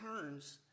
turns